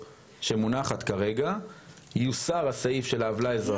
שמונחת כרגע יוסר הסעיף של העוולה האזרחית.